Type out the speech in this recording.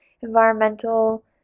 environmental